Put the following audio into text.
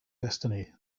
destiny